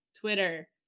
Twitter